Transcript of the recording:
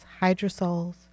hydrosols